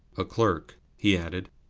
a clerk, he added,